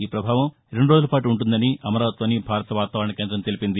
ఈ ప్రభావం రెండు రోజులు పాటు ఉంటుందని అమరావతిలోని భారత వాతావరణ కేందం తెలిపింది